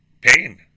pain